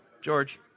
George